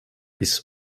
bis